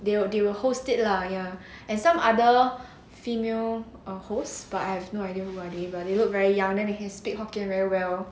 they will they will host it lah ya at some other female err host but I have no idea who are they but they look very young then they can speak hokkien very well